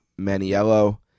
Maniello